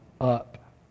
up